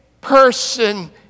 person